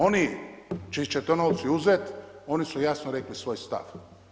Oni čiji će to novci uzet, oni su jasno rekli svoj stav.